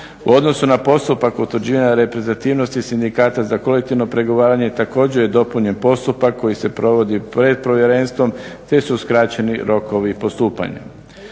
U odnosu na postupak utvrđivanja reprezentativnosti sindikata za kolektivno pregovaranje također je dopunjen postupak koji se provodi pred povjerenstvom te se uskraćeni rokovi postupanja.